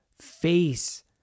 face